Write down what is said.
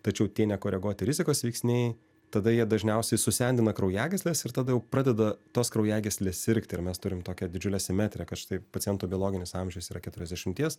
tačiau tie nekoreguoti rizikos veiksniai tada jie dažniausiai susendina kraujagysles ir tada jau pradeda tos kraujagyslės sirgti ir mes turim tokią didžiulę simetriją kad štai paciento biologinis amžius yra keturiasdešimties